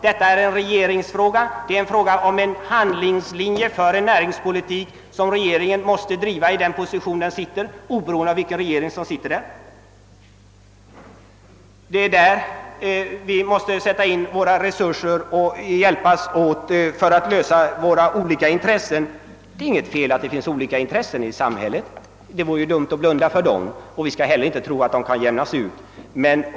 Detta är en regeringsfråga, det är en fråga om en handlingslinje för en näringspolitik som regeringen måste driva i den position den har, oberoende av vilken regering som sitter. Det är på denna punkt vi måste sätta in våra resurser och hjälpas åt att främja våra olika intressen. Det är inte något fel att det finns olika intressen i samhället; det vore dumt att blunda för dem, och vi skall inte heller tro att de kan jämnas ut.